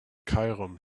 cairum